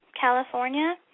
California